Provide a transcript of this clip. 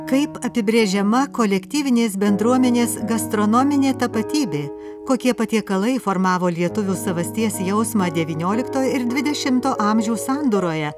kaip apibrėžiama kolektyvinės bendruomenės gastronominė tapatybė kokie patiekalai formavo lietuvių savasties jausmą devyniolikto ir dvidešimto amžiaus sandūroje